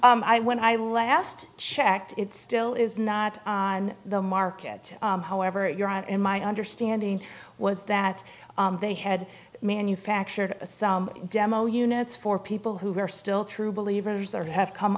thing i when i last checked it still is not on the market however you're out in my understanding was that they had manufactured a demo units for people who are still true believers or have come